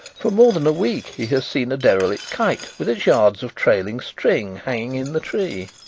for more than a week he has seen a derelict kite with its yards of trailing string hanging in the tree.